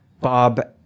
Bob